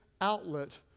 outlet